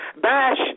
Bash